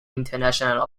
international